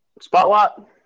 Spotlight